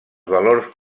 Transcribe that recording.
valors